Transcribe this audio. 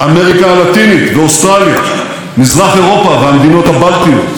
ומדינות מוסלמיות כמו אזרבייג'ן וקזחסטן.